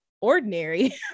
ordinary